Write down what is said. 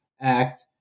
act